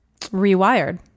rewired